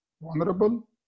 vulnerable